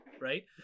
Right